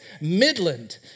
Midland